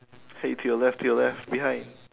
!hey! to your left to your left behind